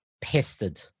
pestered